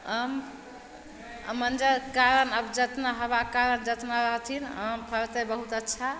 आम मञ्जरके कारण आब जतना हवाके कारण जतना आम फरतै बहुत अच्छा